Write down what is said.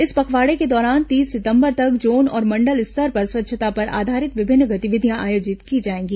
इस पखवाड़े के दौरान तीस सितंबर तक जोन और मंडल स्तर पर स्वच्छता पर आधारित विभिन्न गतिविधियां आयोजित की जाएंगी